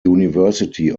university